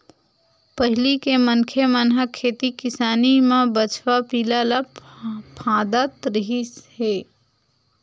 पहिली के मनखे मन ह खेती किसानी म बछवा पिला ल फाँदत रिहिन हे